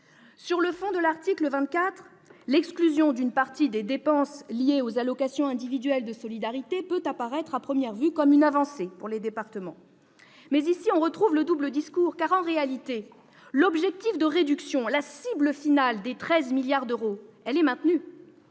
Sur le fond de l'article 24, l'exclusion d'une partie des dépenses liées aux allocations individuelles de solidarité peut apparaître à première vue comme une avancée pour les départements. Mais ici on retrouve le double discours, car, en réalité, l'objectif de réduction, la cible finale de 13 milliards d'euros, est maintenu